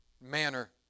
manner